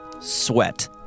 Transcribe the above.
sweat